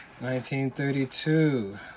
1932